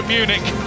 Munich